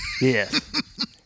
Yes